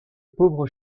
pauvre